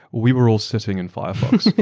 we were all sitting in firefox.